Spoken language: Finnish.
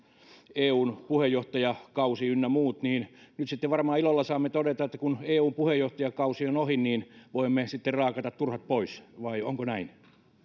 eun puheenjohtajakausi ynnä muut nyt sitten varmaan ilolla saamme todeta että kun eu puheenjohtajakausi on ohi niin voimme sitten raakata turhat pois vai onko näin